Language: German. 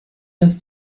das